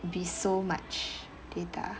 be so much data